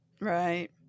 Right